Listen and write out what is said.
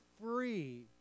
free